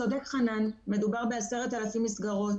צודק חנן, מדובר ב-10,000 מסגרות